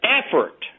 effort